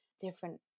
different